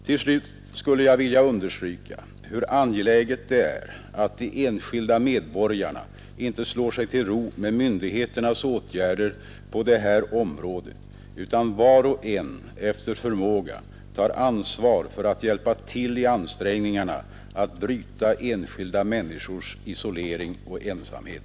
Till slut skulle jag vilja understryka hur angeläget det är att de enskilda medborgarna inte slår sig till ro med myndigheternas åtgärder på det här området utan att var och en efter förmåga tar ansvar för att hjälpa till i ansträngningarna att bryta enskilda människors isolering och ensamhet.